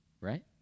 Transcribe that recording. right